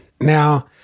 Now